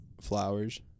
Flowers